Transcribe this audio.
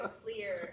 clear